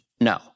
no